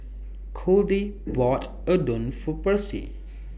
Codie bought Udon For Percy